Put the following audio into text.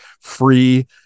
free